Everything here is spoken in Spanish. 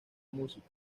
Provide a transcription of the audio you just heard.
música